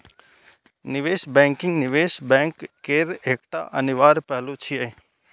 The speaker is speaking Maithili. निवेश बैंकिंग निवेश बैंक केर एकटा अनिवार्य पहलू छियै